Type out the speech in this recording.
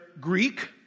Greek